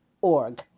org